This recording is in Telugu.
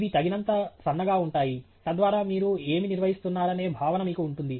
ఇవి తగినంత సన్నగా ఉంటాయి తద్వారా మీరు ఏమి నిర్వహిస్తున్నారనే భావన మీకు ఉంటుంది